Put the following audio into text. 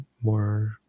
more